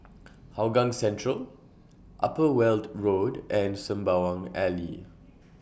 Hougang Central Upper Weld Road and Sembawang Alley